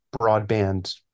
broadband